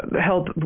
help